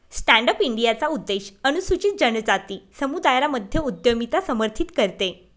stand up इंडियाचा उद्देश अनुसूचित जनजाति समुदायाला मध्य उद्यमिता समर्थित करते